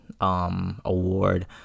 award